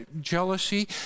jealousy